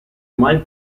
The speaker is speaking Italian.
mai